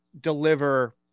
deliver